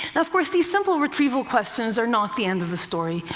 of course these simple retrieval questions are not the end of the story.